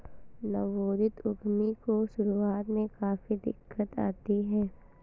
नवोदित उद्यमी को शुरुआत में काफी दिक्कत आती है